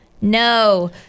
No